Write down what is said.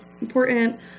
important